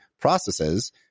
processes